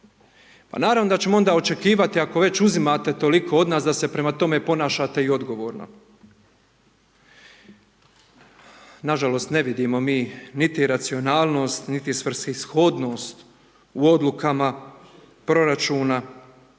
Pa naravno da ćemo onda očekivati ako već uzimate toliko od nas da se prema tome ponašate i odgovorno. Nažalost, ne vidimo mi niti racionalnost, niti svrsishodnost u odlukama proračuna,